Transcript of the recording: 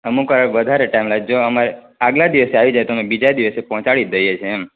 અમુક હવે વધારે ટાઈમ જો અમે આગલા દિવસ આવી જાય તો બીજા દિવસે પહોંચાડી દઈએ છે એમ